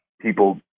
people